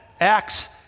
Acts